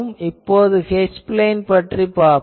இப்போது H plane பற்றி பார்ப்போம்